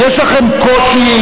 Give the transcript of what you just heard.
שר החוץ שלנו,